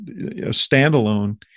standalone